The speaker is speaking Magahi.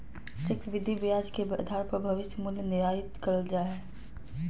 चक्रविधि ब्याज के आधार पर भविष्य मूल्य निर्धारित करल जा हय